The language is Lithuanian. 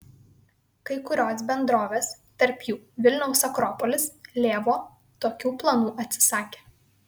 kai kurios bendrovės tarp jų vilniaus akropolis lėvuo tokių planų atsisakė